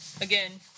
again